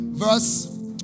verse